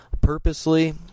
purposely